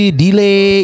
delay